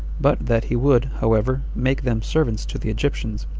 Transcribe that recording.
but that he would, however, make them servants to the egyptians,